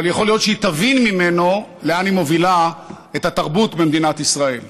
אבל יכול להיות שהיא תבין ממנו לאן היא מובילה את התרבות במדינת ישראל: